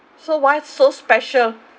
so what's so special